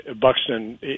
Buxton